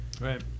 right